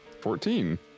Fourteen